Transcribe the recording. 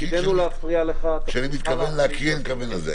כשאני אומר להקריא, אני מתכוון לזה.